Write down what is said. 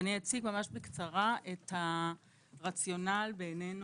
אני אציג ממש בקצרה את הרציונל בעינינו,